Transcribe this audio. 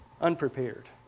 unprepared